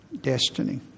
destiny